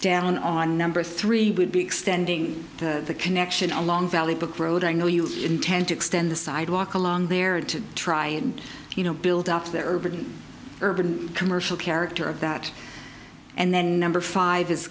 down on number three would be extending the connection along valley book road i know you intend to extend the sidewalk along there and to try and you know build up their urban urban commercial character of that and then number five